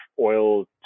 oil